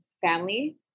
family